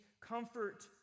comfort